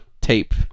tape